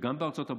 וגם בארצות הברית,